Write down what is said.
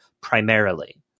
primarily